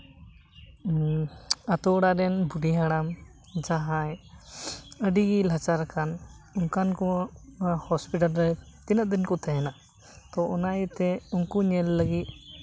ᱟᱹᱛᱩ ᱚᱲᱟᱜ ᱨᱮᱱ ᱵᱷᱩᱫᱤ ᱦᱟᱲᱟᱢ ᱡᱟᱦᱟᱸᱭ ᱟᱹᱰᱤᱜᱮ ᱱᱟᱪᱟᱨ ᱟᱠᱟᱱ ᱚᱱᱠᱟᱱ ᱠᱚ ᱦᱳᱥᱯᱤᱴᱟᱞ ᱨᱮ ᱛᱤᱱᱟᱹᱜ ᱫᱤᱱ ᱠᱚ ᱛᱟᱦᱮᱱᱟ ᱛᱳ ᱚᱱᱟ ᱤᱭᱟᱹᱛᱮ ᱩᱱᱠᱩ ᱧᱮᱞ ᱞᱟᱹᱜᱤᱫ